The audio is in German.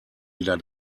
wieder